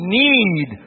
need